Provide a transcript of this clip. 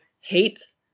hates